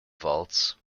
vaults